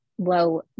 Low